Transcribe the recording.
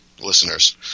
listeners